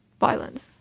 violence